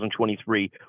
2023